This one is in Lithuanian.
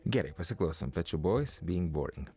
gerai pasiklos ant pečių boeing boeing boeing